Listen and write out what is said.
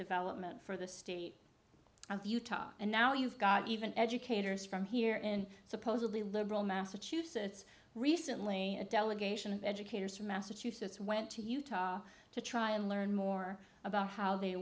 development for the state of utah and now you've got even educators from here in supposedly liberal massachusetts recently a delegation of educators from massachusetts went to utah to try and learn more about how they